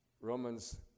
Romans